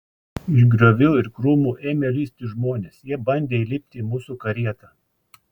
iš griovių ir krūmų ėmė lįsti žmonės jie bandė įlipti į mūsų karietą